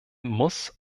muss